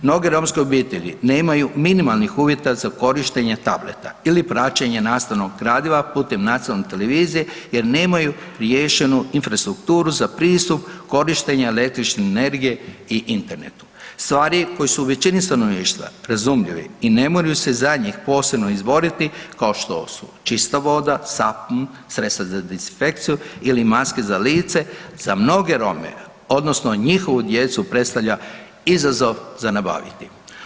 Mnoge romske obitelji nemaju minimalnih uvjeta za korištenje tableta ili praćenja nastavnog gradiva putem nacionalne televizije jer nemaju riješenu infrastrukturu za pristup korištenja električne energije i interneta, stvari koje su većini stanovništva razumljivi i ne moraju se za njih posebno izboriti kao što su čista voda, sapun, sredstva za dezinfekciju ili maske za lice za mnoge Rome odnosno njihovu djecu predstavlja izazov za nabaviti.